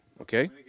okay